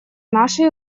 нашей